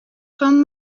fan